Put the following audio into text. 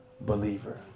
believer